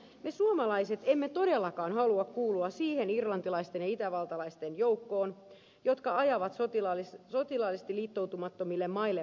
me suomalaiset emme todellakaan halua kuulua niiden irlantilaisten ja itävaltalaisten joukkoon jotka ajavat sotilaallisesti liittoutumattomille maille vapaamatkustajan roolia